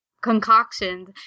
concoctions